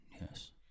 yes